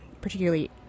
particularly